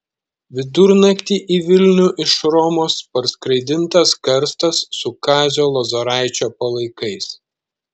vidurnaktį į vilnių iš romos parskraidintas karstas su kazio lozoraičio palaikais